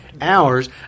hours